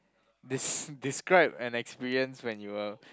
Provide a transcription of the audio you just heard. des~ describe an experience when you were